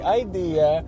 idea